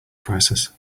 crisis